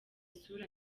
isura